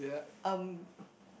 um